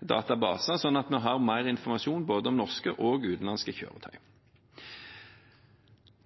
databaser, slik at vi har mer informasjon både om norske og om utenlandske kjøretøy.